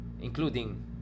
including